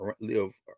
live